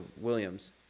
Williams